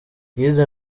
yize